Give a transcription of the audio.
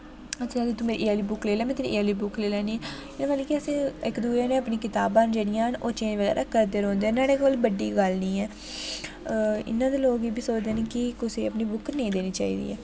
अस आखदे कि तूं मेरी एह् आह्ली बुक लेई लै में तेरी एह् आह्ली बुक लेई लैनी इक दुऐ कन्नै कताबां जेह्ड़ियां ओह् चेज बगैरा करदे रौह्ंदे कोई बड्डी गल्ल निं ऐ इ'यां ते लोग एह्बी सोचदे न कि कुसै गी अपनी बुक नेईं देनी चाहि्दी ऐ